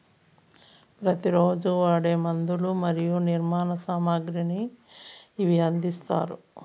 ప్రతి రోజు వాడే మందులు మరియు నిర్మాణ సామాగ్రిని ఇవి అందిస్తాయి